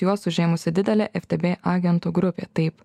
juos užėmusi didelė ftb agentų grupė taip